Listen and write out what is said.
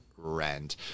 rent